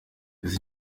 izi